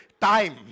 Time